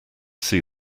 see